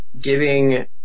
giving